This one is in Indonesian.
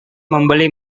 membeli